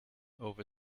over